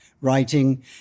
writing